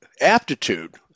aptitude